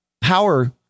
power